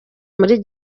muri